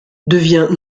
devient